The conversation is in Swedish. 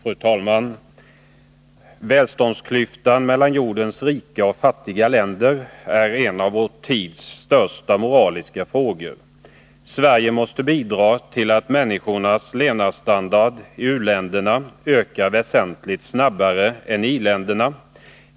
Fru talman! Välståndsklyftan mellan jordens rika och fattiga länder är en av vår tids största moraliska frågor. Sverige måste bidra till att levnadsstandarden för människorna i u-länderna höjs väsentligt snabbare än i i-länderna.